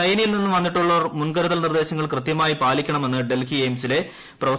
ചൈനയിൽ ്നിന്നു വന്നിട്ടുള്ളവർ മുൻകരുതൽ ക്ട്രീർദ്ദേശങ്ങൾ കൃത്യമായി പാലിക്കണമെന്ന് ഡൽഹി എയിംസിലെ പ്രൊഫ്